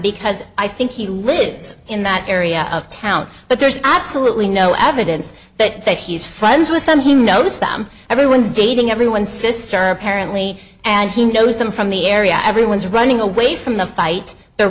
because i think he lives in that area of town but there's absolutely no evidence that that he's friends with them he knows them everyone's dating everyone sister apparently and he knows them from the area everyone's running away from the fight the